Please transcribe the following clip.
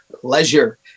pleasure